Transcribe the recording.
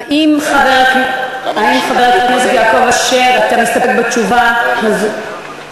חבר הכנסת יעקב אשר, האם אתה מסתפק בתשובה הזאת?